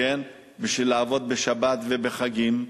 בשביל לעבוד בשבתות ובחגים.